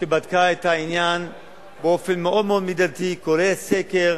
שבדקה את העניין באופן מאוד מאוד מידתי, כולל סקר,